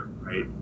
right